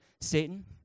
Satan